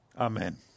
Amen